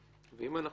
--- כי זה מעכשיו,